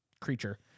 creature